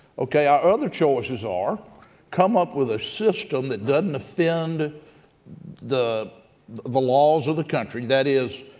okay, our other choices are come up with a system that doesn't offend the the laws of the country, that is,